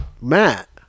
Matt